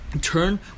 Turn